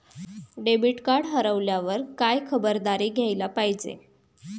Debit card हरवल्यावर काय खबरदारी घ्यायला पाहिजे?